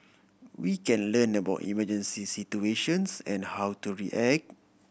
we can learn about emergency situations and how to react